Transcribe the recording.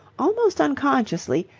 almost unconsciously,